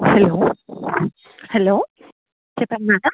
hello hello చెప్పండి madam